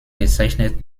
bezeichnet